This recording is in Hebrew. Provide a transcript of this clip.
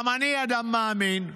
גם אני אדם מאמין.